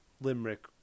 Limerick